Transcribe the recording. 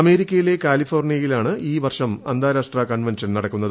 അമേരിക്ക്യിലെ കാലിഫോർണിയയിലാണ് ഇൌ വർഷം അന്താരാഷ്ട്ര ക്ൺവെൻഷൻ നടക്കുന്നത്